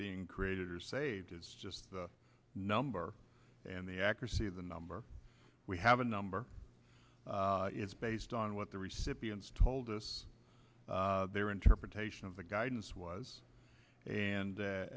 being created or saved it's just the number and the accuracy of the number we have a number it's based on what the recipients told us their interpretation of the guidance was and